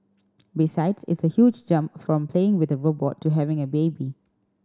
besides it's a huge jump from playing with a robot to having a baby